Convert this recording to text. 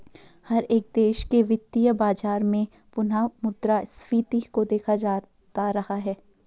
हर एक देश के वित्तीय बाजार में पुनः मुद्रा स्फीती को देखा जाता रहा है